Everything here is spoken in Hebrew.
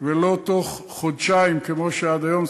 ולא תוך חודשיים כמו שעד היום.